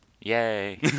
Yay